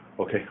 Okay